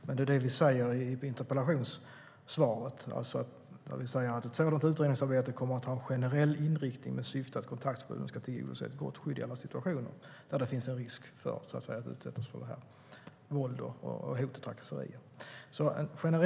Det är det som sägs i interpellationssvaret: "Ett sådant utredningsarbete kommer att ha en generell inriktning med syfte att kontaktförbuden ska tillgodose ett gott skydd i alla situationer där det finns risk för att någon kommer att begå brott mot, förfölja eller på annat sätt allvarligt trakassera en annan person.